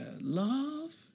love